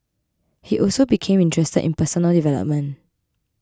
he also became interested in personal development